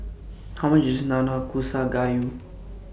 How much IS Nanakusa Gayu